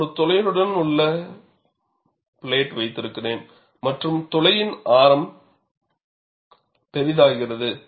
நான் ஒரு துளையுடனுள்ள பிளேட் வைத்திருக்கிறேன் மற்றும் துளையின் ஆரம் பெரிதாகிறது